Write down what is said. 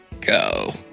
go